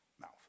mouth